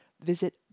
Visit